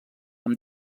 amb